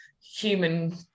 human